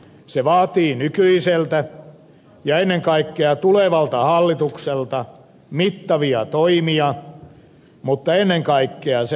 se vaatii nykyiseltä ja ennen kaikkea tulevalta hallitukselta mittavia toimia mutta ennen kaikkea se vaatii talouskasvua